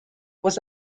was